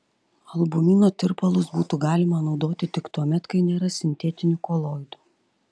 albumino tirpalus būtų galima naudoti tik tuomet kai nėra sintetinių koloidų